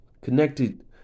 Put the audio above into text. connected